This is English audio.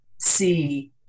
see